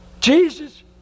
Jesus